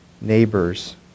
neighbors